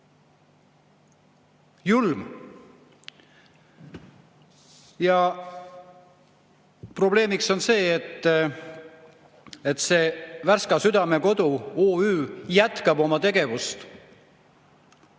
Julm! Probleemiks on see, et Värska Südamekodu OÜ jätkab oma tegevust.